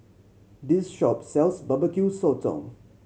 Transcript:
this shop sells Barbecue Sotong